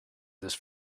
this